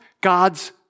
God's